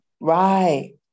right